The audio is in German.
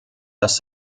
dass